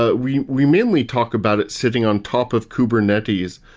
ah we we mainly talk about it sitting on top of kubernetes.